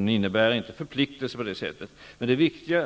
Den innebär inga förpliktelser, men det är viktigt